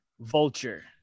vulture